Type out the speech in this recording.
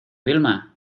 vilma